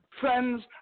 friends